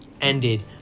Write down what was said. ended